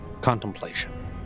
contemplation